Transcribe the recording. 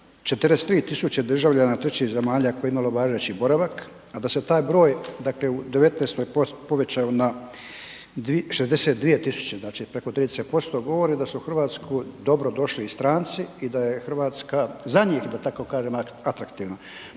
43.000 državljana trećih zemalja koje je imalo važeći boravak, a da se taj broj u '19. povećao na 62.000 znači preko 30% govori da su u Hrvatsku dobrodošli i stranci i da je Hrvatska za njih, da tako kažem, atraktivna.